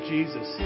Jesus